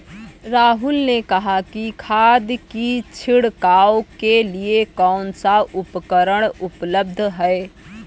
राहुल ने कहा कि खाद की छिड़काव के लिए कौन सा उपकरण उपलब्ध है?